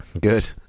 Good